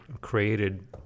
created